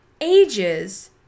ages